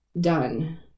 done